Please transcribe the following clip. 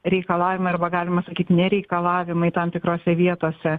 reikalavimai arba galima sakyt nereikalavimai tam tikrose vietose